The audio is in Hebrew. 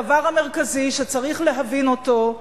הדבר המרכזי שצריך להבין אותו,